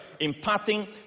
Imparting